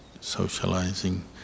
socializing